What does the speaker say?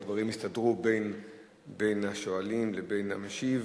הדברים הסתדרו בין השואלים לבין המשיב.